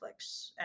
netflix